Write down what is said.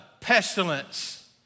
pestilence